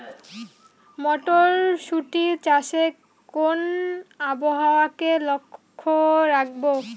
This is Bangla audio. মটরশুটি চাষে কোন আবহাওয়াকে লক্ষ্য রাখবো?